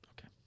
Okay